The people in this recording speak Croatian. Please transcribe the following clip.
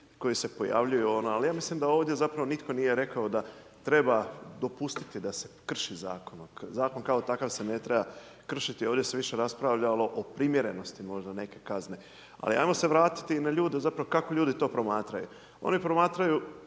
koji se pojavljuju. Ali ja mislim da ovdje zapravo nitko nije rekao da treba dopustiti da se krši Zakon. Zakon kao takav se ne treba kršiti, ovdje se više raspravljalo o primjerenosti možda neke kazne. Ali ajmo se vraititi na ljude zapravo kako ljudi to promatraju. Oni promatraju,